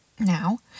Now